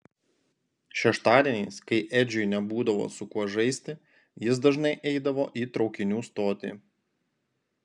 šeštadieniais kai edžiui nebūdavo su kuo žaisti jis dažnai eidavo į traukinių stotį